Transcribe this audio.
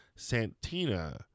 Santina